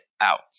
out